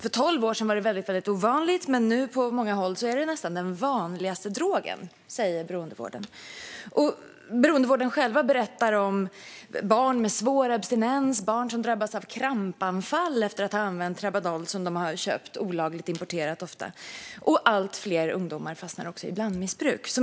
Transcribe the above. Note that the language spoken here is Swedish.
För tolv år sedan var det väldigt ovanligt, men nu är det på många håll nästan den vanligaste drogen, säger beroendevården. Beroendevården berättar om barn med svår abstinens och barn som drabbas av krampanfall efter att ha använt Tramadol, ofta olagligt importerad. Allt fler ungdomar fastnar också i blandmissbruk.